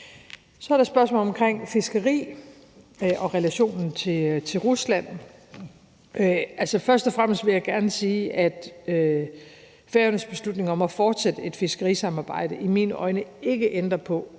Så er der spørgsmålet om fiskeri og relationen til Rusland. Altså, først og fremmest vil jeg gerne sige, at Færøernes beslutning om at fortsætte et fiskerisamarbejde i mine øjne ikke ændrer på,